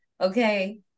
okay